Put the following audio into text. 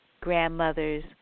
Grandmothers